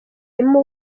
harimo